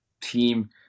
team